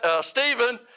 Stephen